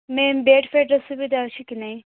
ma'am bed ଫେଡ଼୍ରେ ସୁବିଧା ଅଛି କି ନାହିଁ